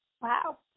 Wow